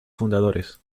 fundadores